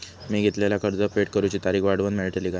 मी घेतलाला कर्ज फेड करूची तारिक वाढवन मेलतली काय?